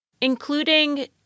including